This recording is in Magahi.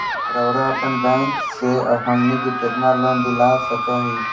रउरा अपन बैंक से हमनी के कितना लोन दिला सकही?